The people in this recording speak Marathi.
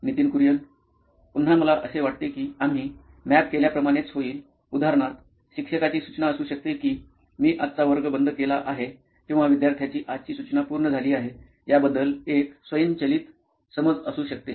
Nitin Kurian COO nine electronics पुन्हा मला असे वाटते की आम्ही मॅप केल्याप्रमाणेच होईल उदाहरणार्थ शिक्षकाची सूचना असू शकते की मी आजचा वर्ग बंद केला आहे किंवा विद्यार्थ्यांची आजची सूचना पूर्ण झाली आहे याबद्दल एक स्वयंचलित समज असू शकते